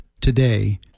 today